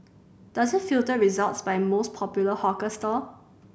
does it filter results by most popular hawker stall